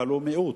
אבל הוא מיעוט.